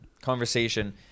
conversation